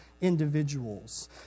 individuals